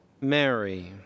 Mary